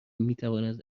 میتواند